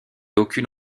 aucune